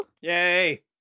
Yay